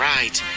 Right